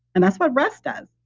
and that's what rest does.